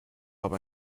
habe